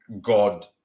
God